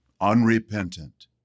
unrepentant